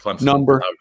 Number